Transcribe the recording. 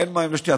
אין מים לשתייה,